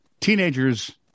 teenagers